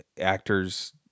actors